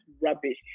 rubbish